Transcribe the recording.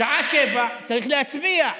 שעה 19:00, צריך להצביע.